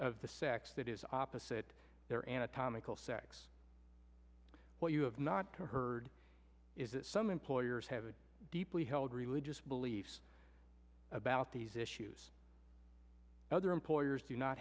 of the sex that is opposite their anatomical sex what you have not heard is that some employers have a deeply held religious beliefs about these issues other employers do not